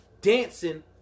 dancing